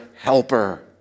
helper